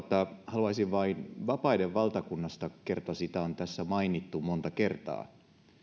haluaisin vain vapaiden valtakunnasta sanoa kun kerran siitä on tässä mainittu monta kertaa